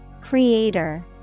Creator